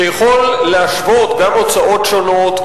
שיכול להשוות גם הוצאות שונות,